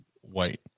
White